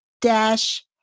dash